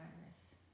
virus